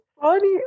Funny